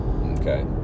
Okay